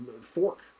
fork